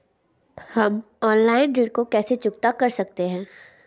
हम ऑनलाइन ऋण को कैसे चुकता कर सकते हैं?